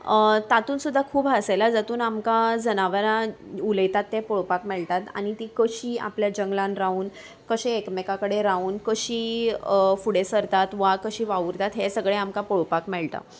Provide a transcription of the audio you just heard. तातूून सुद्दा खूब हांसयल्या जातून आमकां जनावरां उलयतात तें पळोवपाक मेळटात आनी तीं कशीं आपल्या जंगलान रावून कशें एकमेका कडेन रावून कशीं फुडें सरतात वा कशीं वावुरतात हें सगळें आमकां पळोवपाक मेळटा